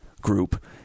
group